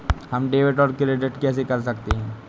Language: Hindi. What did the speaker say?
हम डेबिटऔर क्रेडिट कैसे कर सकते हैं?